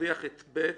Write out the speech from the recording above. נרוויח את סעיף קטן (ב).